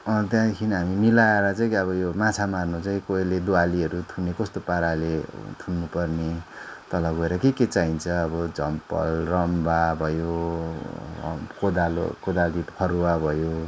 अन्त त्यहाँदेखि हामी मिलाएर चाहिँ माछा मार्नु चाहिँ कहिले दुवालीहरू थुन्ने कस्तो पाराले थुन्नु पर्ने तल गएर के के चाहिन्छ अब झम्पल रम्बा भयो कोदालो कोदाली फरुवा भयो